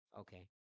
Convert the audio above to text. Okay